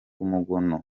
umugono